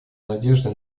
надежды